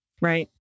right